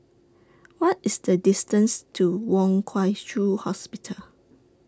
What IS The distance to Wong Shiu Hospital